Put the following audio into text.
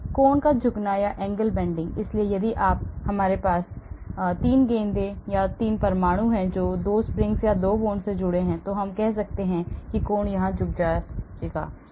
कोण झुकना इसलिए यदि हमारे पास 3 गेंदें या 3 परमाणु हैं जो 2 स्प्रिंग्स या 2 बांडों से जुड़े हैं तो हम कर सकते हैं कोण यहाँ झुका जा सकता है